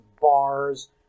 Bars